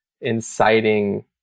inciting